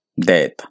death